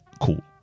Cool